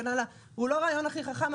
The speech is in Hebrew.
הוא לא רעיון הכי חכם,